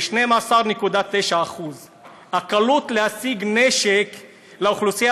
זה 12.9%; הקלות להשיג נשק לאוכלוסייה